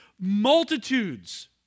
multitudes